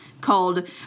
called